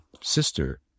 sister